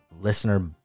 listener